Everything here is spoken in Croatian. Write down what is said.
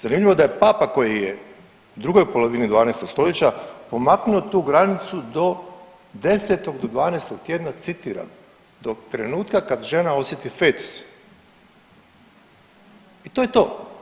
Zanimljivo da je papa koji je u drugoj polovini 12. stoljeća pomaknuo tu granicu do 10 do 12 tjedna citiram, dok trenutka kad žena osjeti fetus i to je to.